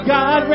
God